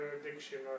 addiction